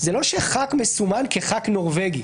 זה לא שחבר כנסת מסומן כחבר כנסת נורבגי.